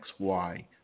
XY